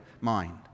mind